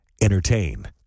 Entertain